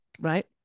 right